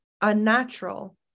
unnatural